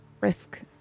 risk